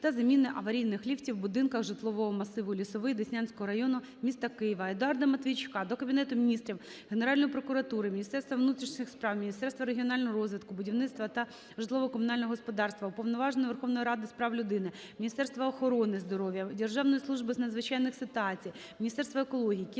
та заміни аварійних ліфтів в будинках житлового масиву "Лісовий" Деснянського району міста Києва. Едуарда Матвійчука до Кабінету Міністрів, Генеральної прокуратури, Міністерства внутрішніх справ, Міністерства регіонального розвитку, будівництва та житлово-комунального господарства, Уповноваженого Верховної Ради з прав людини, Міністерства охорони здоров'я, Державної служби з надзвичайних ситуацій, Міністерства екології, Київської